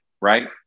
right